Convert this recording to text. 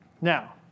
Now